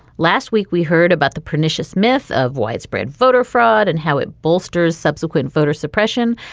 last week we heard about the pernicious myth of widespread voter fraud and how it bolsters subsequent voter suppression.